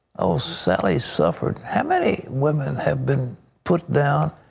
sallie suffered. how many women have been put down,